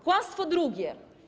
Kłamstwo drugie.